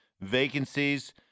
vacancies